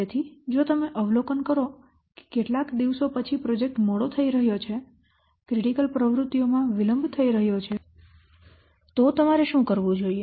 તેથી જો તમે અવલોકન કરો કે કેટલાક દિવસો પછી પ્રોજેક્ટ મોડો થઈ રહ્યો છે ક્રિટિકલ પ્રવૃત્તિઓમાં વિલંબ થઈ રહ્યો છે તો તમારે શું કરવું જોઈએ